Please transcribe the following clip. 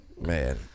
Man